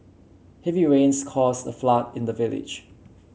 heavy rains caused a flood in the village